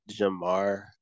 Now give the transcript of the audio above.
Jamar